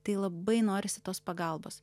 tai labai norisi tos pagalbos